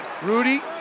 Rudy